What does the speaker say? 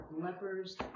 lepers